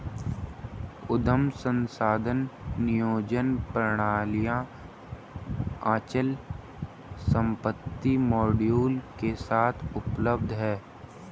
उद्यम संसाधन नियोजन प्रणालियाँ अचल संपत्ति मॉड्यूल के साथ उपलब्ध हैं